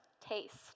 taste